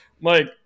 Mike